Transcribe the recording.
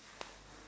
relax